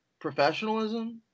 professionalism